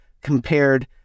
compared